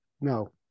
no